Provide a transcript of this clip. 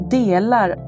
delar